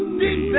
deep